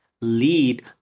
lead